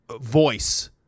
voice